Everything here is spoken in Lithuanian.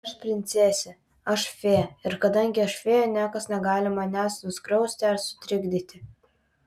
aš princesė aš fėja ir kadangi aš fėja niekas negali manęs nuskriausti ar sutrikdyti